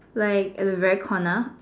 like at the very corner